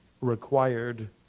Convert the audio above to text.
required